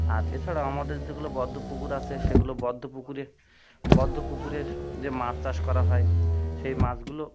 আর এছাড়াও আমাদের যেগুলো বদ্ধ পুকুর আছে সেগুলো বদ্ধ পুকুরে বদ্ধ পুকুরে স্ যে মাছ চাষ করা হয় সেই মাছগুলো